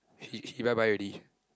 he he bye bye already